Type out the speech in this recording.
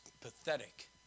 pathetic